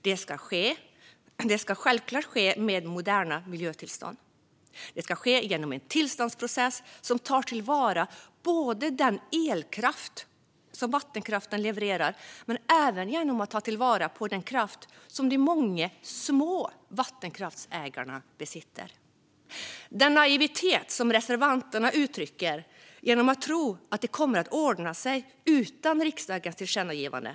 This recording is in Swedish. Det ska självklart ske med moderna miljötillstånd. Det ska ske genom en tillståndsprocess som tar till vara både den elkraft som vattenkraften levererar och den kraft som de många små vattenkraftsägarna besitter. Reservanterna uttrycker en naivitet genom att tro att det kommer att ordna sig utan riksdagens tillkännagivande.